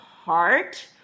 heart